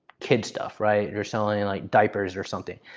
kids stuff, right? you're selling and like diapers or something.